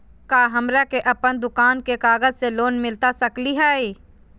का हमरा के अपन दुकान के कागज से लोन मिलता सकली हई?